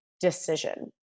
decision